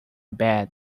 bed